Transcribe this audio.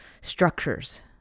structures